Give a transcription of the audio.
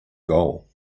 goal